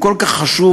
הוא כל כך חשוב,